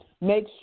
make